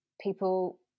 people